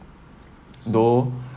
those